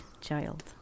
child